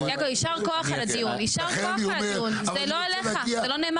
יישר כוח על הדיון, זה לא עלייך זה לא נאמר עלייך.